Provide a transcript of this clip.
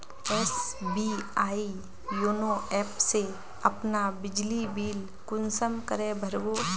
SBI YONO app से अपना बिजली बिल कुंसम करे भर बो?